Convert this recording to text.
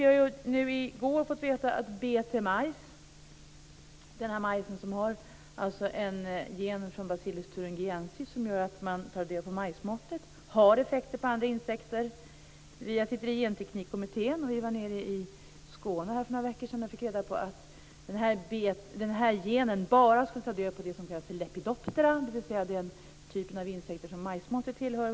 I går fick vi veta att BT-majs, denna majs som har en gen från bacillus thuringiensis som gör att man tar död på majsmotten, har effekt på andra insekter. Jag sitter i Genteknikkommittén. Vi var i Skåne för några veckor sedan och fick reda på att den här genen bara skulle ta död på det som kallas för lepidoptera, dvs. den typen av insekter som majsmotten tillhör.